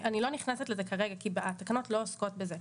אני לא נכנסת לזה כרגע כי התקנות לא עוסקות בזה.